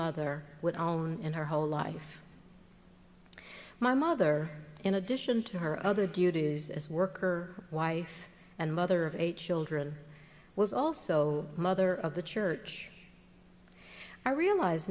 mother with own in her whole life my mother in addition to her other duties as worker wife and mother of eight children was also mother of the church i realize